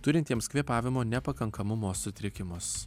turintiems kvėpavimo nepakankamumo sutrikimus